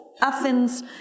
Athens